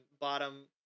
bottom